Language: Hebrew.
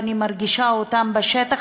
ואני מרגישה אותן בשטח,